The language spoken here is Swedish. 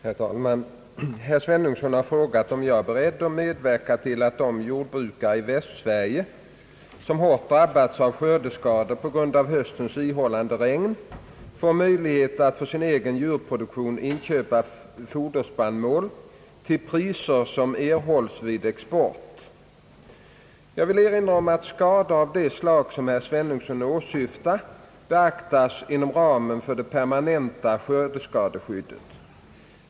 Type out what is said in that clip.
Herr talman! Herr Svenungsson har frågat om jag är beredd medverka till att de jordbrukare i Västsverige som hårt drabbats av skördeskador på grund av höstens ihållande regn får möjlighet att för sin egen djurproduktion inköpa foderspannmål till priser som erhålls vid export. Jag vill erinra om att skador av det slag som herr Svenungsson åsyftar beaktas inom ramen för det permanenta skördeskadeskyddet.